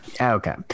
Okay